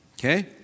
Okay